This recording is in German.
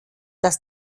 dass